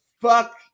fuck